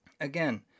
again